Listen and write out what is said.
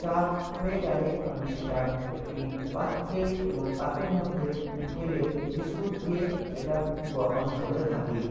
চা হয়ে গেলে আমি সেটা একটি পাত্রে এবং কাপের মধ্যে ঢেলে বিস্কুট দিয়ে সেটা গ্রহণ করে থাকি